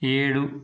ఏడు